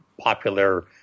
popular